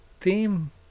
theme